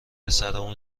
سرمون